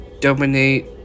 dominate